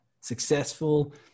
successful